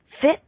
fit